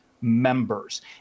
Members